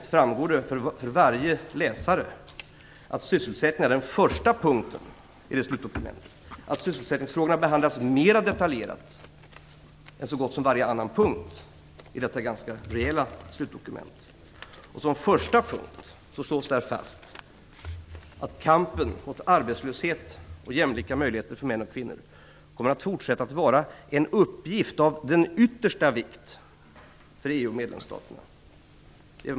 Där framgår det för varje läsare att sysselsättningen är den första punkten och att sysselsättningsfrågorna behandlas mera detaljerat än så gott som varje annan punkt i detta ganska rejäla slutdokument. Som första punkt slås fast att kampen mot arbetslöshet och jämlika möjligheter för män och kvinnor kommer att fortsätta att vara en uppgift av yttersta vikt för EU och medlemsstaterna.